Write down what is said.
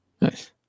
Nice